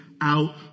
out